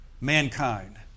mankind